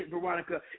Veronica